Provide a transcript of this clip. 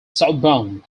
southbound